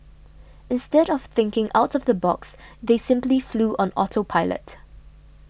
instead of thinking out of the box they simply flew on auto pilot